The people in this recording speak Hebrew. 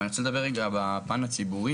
אני רוצה לדבר בפן הציבורי.